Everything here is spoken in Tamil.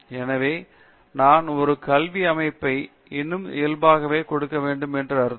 எனவே நான் ஒரு கல்வி அமைப்பை இன்னும் இயல்பாகவே கொடுக்க வேண்டும் என்று அர்த்தம்